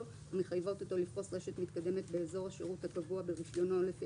המחייבות אותו לפרוס רשת מתקדמת באזור השירות הקבוע ברישיונו לפי